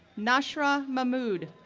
nashra mahmood,